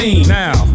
now